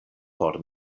por